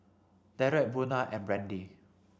Derrek Buna and Brandee